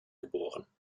geboren